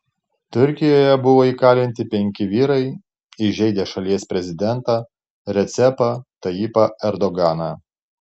turkijoje buvo įkalinti penki vyrai įžeidę šalies prezidentą recepą tayyipą erdoganą